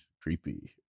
creepy